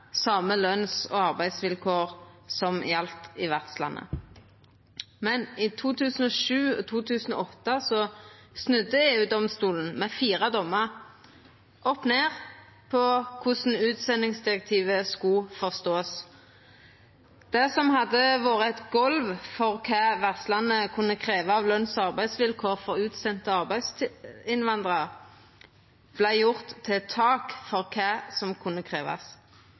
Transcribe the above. same løns- og arbeidsvilkår som galdt i vertslandet. Men i 2007/2008 snudde EU-domstolen med fire domarar opp ned på korleis utsendingsdirektivet skulle forståast. Det som hadde vore eit golv for kva vertslandet kunne krevja av løns- og arbeidsvilkår for utsende arbeidsinnvandrarar, vart gjort til eit tak for kva som kunne krevjast.